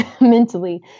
mentally